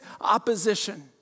opposition